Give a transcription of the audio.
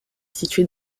située